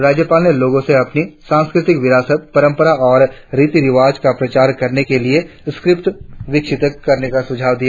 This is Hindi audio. राज्यपाल ने लोगो को अपनी सांस्कृतिक विरासत परंपराओं और रीति रिवाजों का प्रचार करने के लिए अपनी स्क्रिप्ट विकसित करने का सुझाव दिया